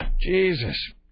Jesus